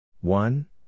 One